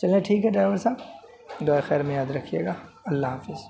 چلیں ٹھیک ہے ڈرائیور صاحب دعائے خیر میں یاد رکھیے گا اللہ حافظ